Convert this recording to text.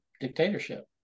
dictatorship